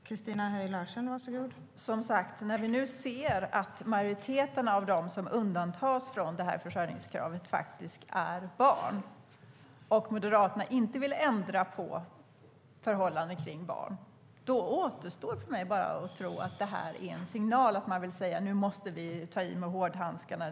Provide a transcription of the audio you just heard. Fru talman! Som sagt: När vi nu ser att majoriteten av dem som undantas från försörjningskravet faktiskt är barn och att Moderaterna inte vill ändra på förhållanden kring barn återstår det bara för mig att tro att det är en signal och att man vill säga: Nu måste vi ta i med hårdhandskarna.